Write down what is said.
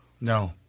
No